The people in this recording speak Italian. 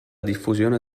diffusione